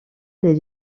les